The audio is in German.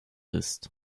ist